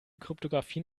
kryptographie